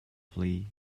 free